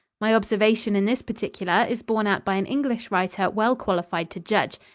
my observation in this particular is borne out by an english writer well qualified to judge.